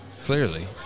Clearly